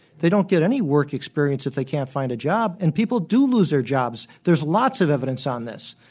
they don't get any work experience if they can't find a job. and people do lose their jobs. there's lots of evidence on this.